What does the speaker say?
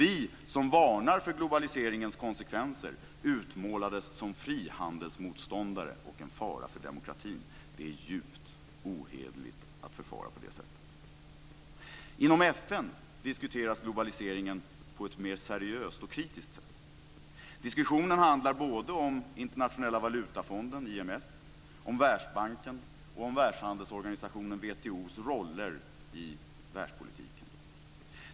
Vi som varnar för globaliseringens konsekvenser utmålades som frihandelsmotståndare och som en fara för demokratin. Det är djupt ohederligt att förfara på det sättet. Inom FN diskuteras globaliseringen på ett mer seriöst och kritiskt sätt. Diskussionen handlar om Internationella valutafonden IMF, om Världsbanken och om Världshandelsorganisationen WTO. Den handlar om deras roller i världspolitiken.